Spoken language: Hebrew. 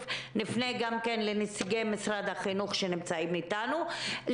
נפנה גם לנציגי משרד החינוך שנמצאים איתנו,